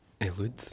Elude